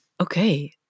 Okay